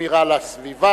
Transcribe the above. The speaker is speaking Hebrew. לשמירה על הסביבה.